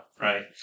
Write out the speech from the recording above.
Right